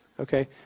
Okay